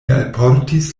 alportis